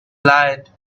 lied